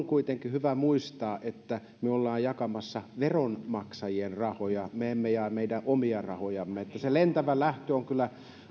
kuitenkin hyvä muistaa että me olemme jakamassa veronmaksajien rahoja me emme jaa meidän omia rahojamme se lentävä lähtö on kyllä